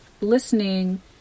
listening